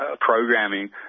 programming